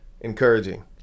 encouraging